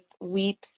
weeps